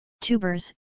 Tubers